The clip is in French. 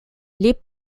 les